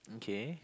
okay